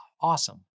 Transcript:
awesome